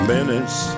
Minutes